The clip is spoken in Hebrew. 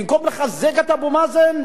במקום לחזק את אבו מאזן,